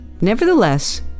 Nevertheless